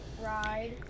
ride